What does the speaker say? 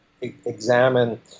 examine